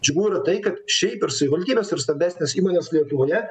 džiugu yra tai kad šiaip ir savivaldybės ir stambesnės įmonės lietuvoje